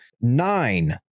Nine